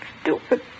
Stupid